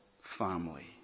family